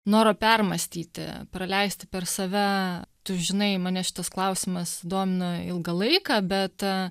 noro permąstyti praleisti per save tu žinai mane šitas klausimas domino ilgą laiką bet